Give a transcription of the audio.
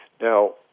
Now